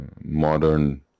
modern